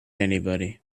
anybody